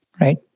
right